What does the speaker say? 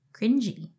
cringy